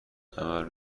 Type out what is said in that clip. عمل